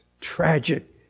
Tragic